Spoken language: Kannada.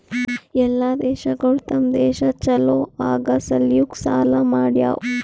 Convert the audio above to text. ಎಲ್ಲಾ ದೇಶಗೊಳ್ ತಮ್ ದೇಶ ಛಲೋ ಆಗಾ ಸಲ್ಯಾಕ್ ಸಾಲಾ ಮಾಡ್ಯಾವ್